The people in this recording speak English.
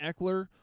Eckler